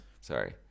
sorry